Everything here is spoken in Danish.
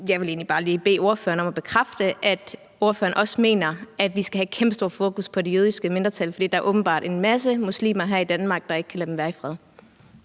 bare lige bede ordføreren om at bekræfte, at ordføreren også mener, at vi skal have et kæmpe stort fokus på det jødiske mindretal, fordi der åbenbart er en masse muslimer her i Danmark, der ikke kan lade dem være i fred.